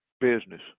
business